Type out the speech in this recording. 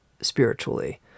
spiritually